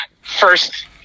first